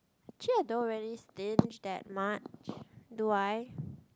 actually I don't really stinge that much do I